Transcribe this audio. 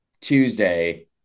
Tuesday